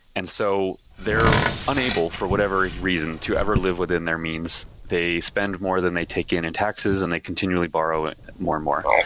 and so they're unable, for whatever reason, to ever live within their means. they spend more than they take in in taxes and they continually borrow more and more.